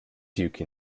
duke